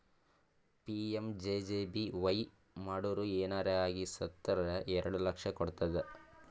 PMJJBY ಮಾಡುರ್ ಏನರೆ ಆಗಿ ಸತ್ತುರ್ ಎರಡು ಲಕ್ಷ ಕೊಡ್ತುದ್